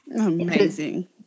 Amazing